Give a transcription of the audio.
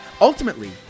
Ultimately